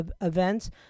events